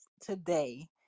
today